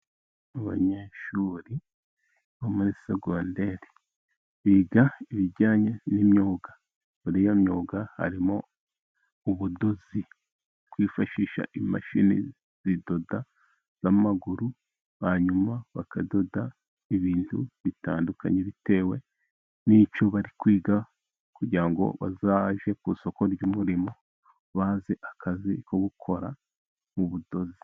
Abanyeshuri bo muri segonderi biga ibijyanye n'imyuga, muri iyo myuga harimo ubudozi bwifashisha imashini zidoda n'amaguru ,hanyuma bakadoda ibintu bitandukanye bitewe n'icyo bari kwiga ,kugira ngo bazajye ku isoko ry'umurimo ,bazi akazi ko gukora mu budozi.